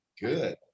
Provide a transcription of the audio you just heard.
good